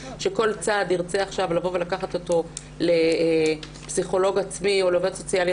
במקום שכל צד ירצה לקחת אותו לפסיכולוג עצמי או לעובד סוציאלי